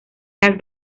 las